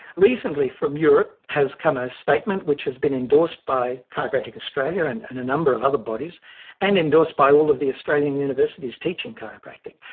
recently from europe has come a statement which has been endorsed by chiropractic australian and and a number of other bodies and endorsed by all of the australian universities teaching chiropractic,